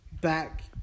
back